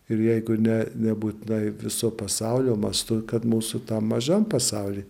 ir jeigu ne nebūtinai viso pasaulio mastu kad mūsų tam mažam pasauly